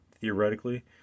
theoretically